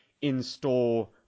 in-store